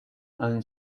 and